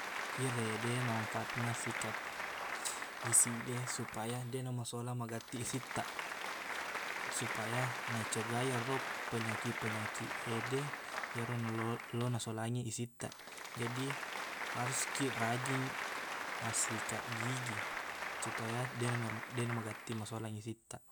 Iyerede manfaatna sikat isi de supaya deqna masolang magattiq isit taq supaya nacegah iyero penyakit-penyakit ede iyero nalo- lo nasolangi isittaq jadi haruskiq rajing massikaq gigi supaya deqna na- deqna magattiq masolang isittaq